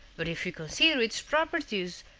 but if you consider its properties,